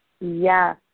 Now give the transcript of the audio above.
Yes